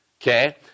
Okay